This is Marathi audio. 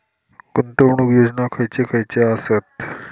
गुंतवणूक योजना खयचे खयचे आसत?